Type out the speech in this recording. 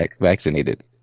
vaccinated